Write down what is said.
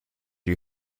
you